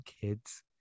kids